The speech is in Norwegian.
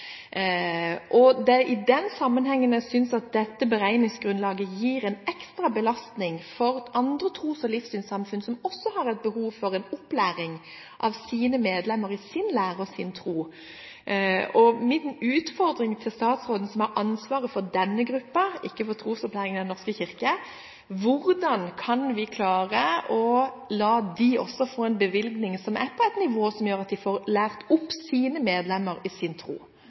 Det er i den sammenheng jeg synes dette beregningsgrunnlaget gir en ekstra belastning for andre tros- og livssynssamfunn, som også har et behov for en opplæring av sine medlemmer i sin lære og sin tro. Min utfordring til statsråden, som har ansvaret for denne gruppen – ikke for trosopplæringen i Den norske kirke, er: Hvordan kan vi klare å la også disse få en bevilgning som er på et nivå som gjør at de får lært opp sine medlemmer i sin tro?